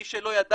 מי שלא ידע,